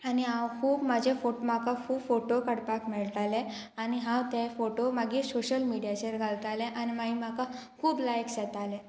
आनी हांव खूब म्हाजे फोट म्हाका खूब फोटो काडपाक मेळटाले आनी हांव तें फोटो मागीर सोशल मिडियाचेर घालताले आनी मागीर म्हाका खूब लायक्स येताले